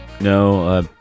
No